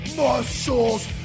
muscles